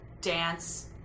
Dance